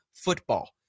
Football